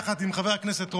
יחד עם חבר הכנסת רון.